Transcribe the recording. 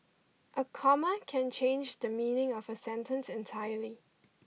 a comma can change the meaning of a sentence entirely